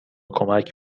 کمک